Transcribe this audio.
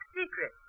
secret